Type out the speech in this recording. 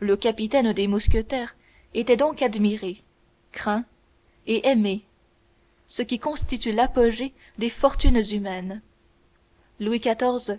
le capitaine des mousquetaires était donc admiré craint et aimé ce qui constitue l'apogée des fortunes humaines louis xiv